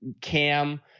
Cam